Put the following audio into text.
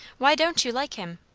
why don't you like him?